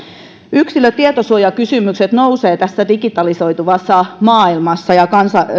yksilön tietosuojan kysymykset nousevat tässä digitalisoituvassa maailmassa ja